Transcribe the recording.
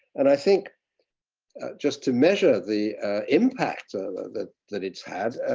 and i think just to measure the impact that that it's had,